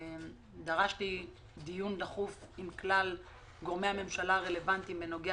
דרשתי דיון דחוף עם כלל גורמי הממשלה הרלוונטיים בנוגע